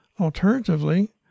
Alternatively